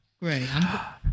Right